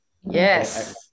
yes